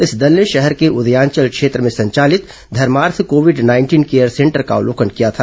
इस दल ने शहर के उदयांचल क्षेत्र में संचालित धर्मार्थ कोविड नाइंटीन केयर सेंटर का अवलोकन किया था